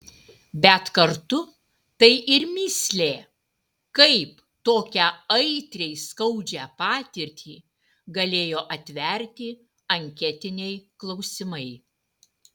bet kartu tai ir mįslė kaip tokią aitriai skaudžią patirtį galėjo atverti anketiniai klausimai